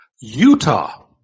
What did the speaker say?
Utah